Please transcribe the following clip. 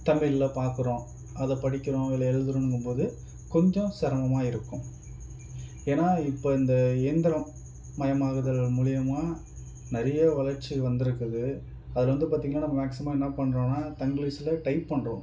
தமிழ்ல பார்க்குறோம் அதை படிக்கிறோம் இல்லை எழுதுகிறோங்கும் போது கொஞ்சம் சிரமமா இருக்கும் ஏன்னா இப்போ இந்த இயந்திரம் மயமாகுதல் மூலயமா நிறைய வளர்ச்சி வந்திருக்குது அதில் வந்து பார்த்திங்கன்னா நம்ம மேக்சிமம் என்ன பண்ணுறோன்னா தங்கிலீஷ்ல டைப் பண்ணுறோம்